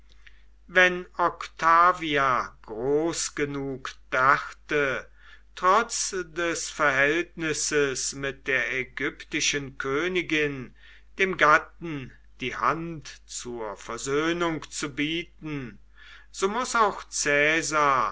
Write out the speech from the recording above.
wenn octavia groß genug dachte trotz des verhältnisses mit der ägyptischen königin dem gatten die hand zur versöhnung zu bieten so muß auch